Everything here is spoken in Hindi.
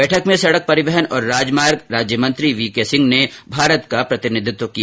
बैठक में सड़क परिवहन और राजमार्ग राज्यमंत्री वी के सिंह ने भारत का प्रतिनिधित्व किया